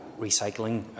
recycling